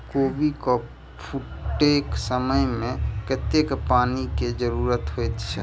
कोबी केँ फूटे समय मे कतेक पानि केँ जरूरत होइ छै?